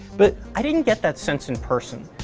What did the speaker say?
but i didn't get that sense in person.